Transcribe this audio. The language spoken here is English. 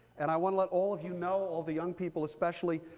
and i want to let all of you know, all of the young people especially,